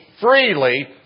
freely